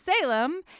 Salem